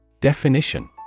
Definition